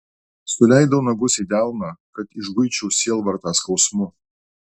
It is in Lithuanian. suleidau nagus į delną kad išguičiau sielvartą skausmu